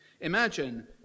Imagine